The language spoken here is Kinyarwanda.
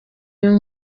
imvo